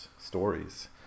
stories